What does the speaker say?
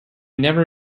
never